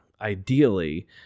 Ideally